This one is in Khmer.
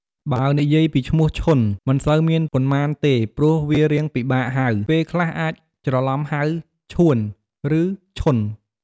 បើនិយាយពីឈ្មោះឈុន មិនសូវមានប៉ុន្មានទេព្រោះវារៀងពិបាកហៅពេលខ្លះអាចច្រលំហៅ ឈួន ឬឈន់។